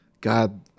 God